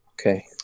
Okay